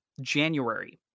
January